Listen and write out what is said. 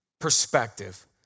perspective